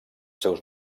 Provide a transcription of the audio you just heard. seus